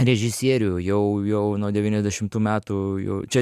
režisierių jau jau nuo devyniasdešimtų metų jau čia